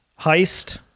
Heist